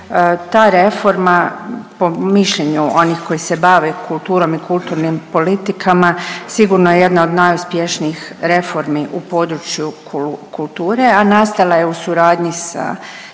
ta reforma po mišljenju onih koji se bave kulturom i kulturnim politikama sigurno je jedna od najuspješnijih reformi u području kulture, a nastala je u suradnji sa